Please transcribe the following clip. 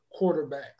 quarterbacks